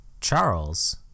Charles